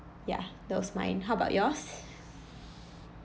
ya that was mine how about yours